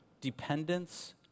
dependence